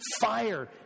fire